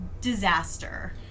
disaster